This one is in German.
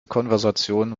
konversation